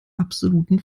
absoluten